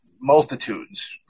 multitudes